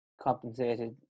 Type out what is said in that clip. compensated